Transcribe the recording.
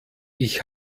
ich